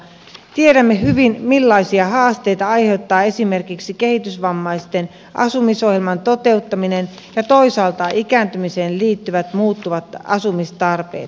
tiedämme hyvin millaisia haasteita aiheuttaa esimerkiksi kehitysvammaisten asumisohjelman toteuttaminen ja toisaalta ikääntymiseen liittyvät muuttuvat asumistarpeet